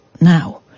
now